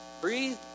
Breathe